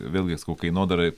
vėlgi kainodarai